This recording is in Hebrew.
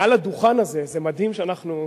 מעל הדוכן הזה, זה מדהים שאנחנו,